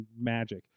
magic